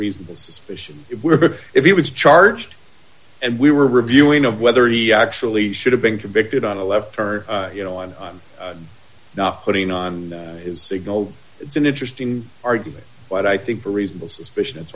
reasonable suspicion if he was charged and we were reviewing of whether he actually should have been convicted on a left turn you know i'm not putting on signal it's an interesting argument but i think the reasonable suspicion